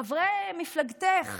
חברי מפלגתך